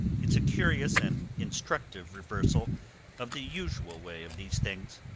it's a curious and instructive reversal of the usual way of these things.